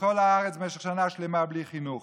בכל הארץ במשך שנה שלמה בלי חינוך.